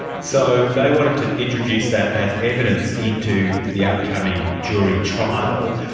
so, they wanted to introduce that as evidence into the upcoming jury trial.